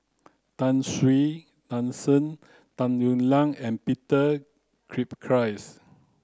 Tan Shen Tung Yue Nang and Peter Gilchrist